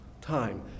time